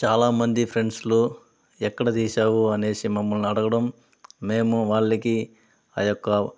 చాలా మంది ఫ్రెండ్స్ ఎక్కడ తీశావు అనేసి మమ్ములను అడగడం మేము వాళ్ళకి ఆ యొక్క